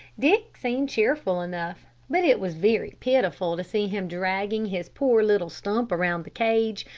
dick seemed cheerful enough, but it was very pitiful to see him dragging his poor little stump around the cage,